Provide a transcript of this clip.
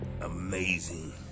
amazing